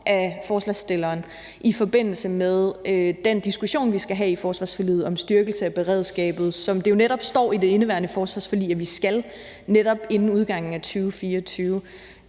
af forslagsstilleren i forbindelse med den diskussion, vi skal have i forsvarsforligskredsen om styrkelse af beredskabet, som det jo netop står i det indeværende forsvarsforlig at vi skal inden udgangen af 2024.